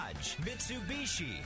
Mitsubishi